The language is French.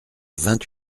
vingt